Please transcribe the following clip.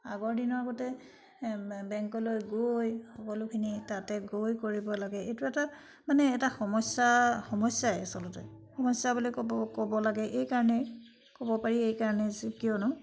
আগৰ দিনৰ গতে বেংকলৈ গৈ সকলোখিনি তাতে গৈ কৰিব লাগে এইটো এটা মানে এটা সমস্যা সমস্যাই আচলতে সমস্যা বুলি ক'ব ক'ব লাগে এইকাৰণেই ক'ব পাৰি এইকাৰণেই যে কিয়নো